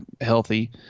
healthy